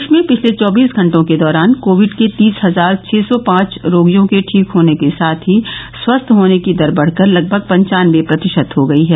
देश में पिछले चौबीस घंटों के दौरान कोविड के तीस हजार छः सौ पांच रोगियों के ठीक होने के साथ ही स्वस्थ होने की दर बढ़कर लगभग पंचानबे प्रतिशत हो गई है